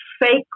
fake